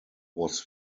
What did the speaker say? was